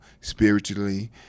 spiritually